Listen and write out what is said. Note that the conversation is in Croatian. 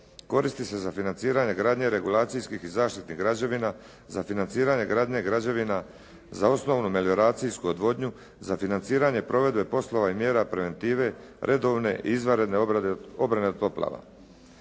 koristi se za financiranje gradnje regulacijskih i zaštitih građevina, za financiranje gradnje građevina za osnovnu melioracijsku odvodnju, za financiranje provedba poslova i mjera preventive, redovne i izvanredne obrane od poplava.